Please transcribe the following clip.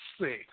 see